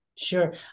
Sure